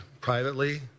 privately